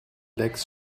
lecks